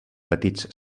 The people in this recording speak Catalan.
petits